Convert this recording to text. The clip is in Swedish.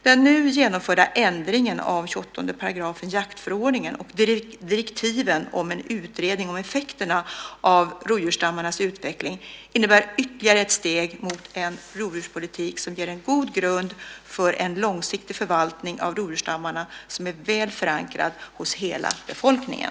Den nu genomförda ändringen av 28 § jaktförordningen och direktiven om en utredning om effekterna av rovdjursstammarnas utveckling innebär ytterligare ett steg mot en rovdjurspolitik som ger en god grund för en långsiktig förvaltning av rovdjursstammarna som är väl förankrad hos hela befolkningen.